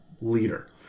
leader